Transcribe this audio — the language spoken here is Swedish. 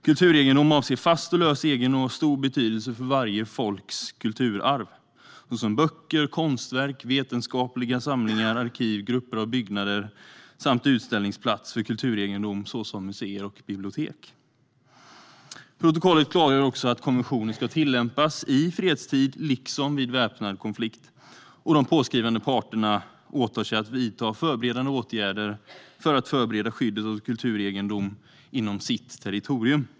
Kulturegendom avser fast och lös egendom av stor betydelse för varje folks kulturarv, såsom böcker, konstverk, vetenskapliga samlingar, arkiv, grupper av byggnader samt utställningsplatser för kulturegendom som museer och bibliotek. Protokollet klargör också att konventionen ska tillämpas i fredstid liksom vid väpnad konflikt, och de påskrivande parterna åtar sig att vidta förberedande åtgärder för att förbereda skyddet av kulturegendom inom sitt territorium.